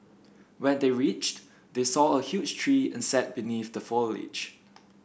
when they reached they saw a huge tree and sat beneath the foliage